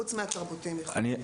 חוץ מהתרבותיים הייחודיים.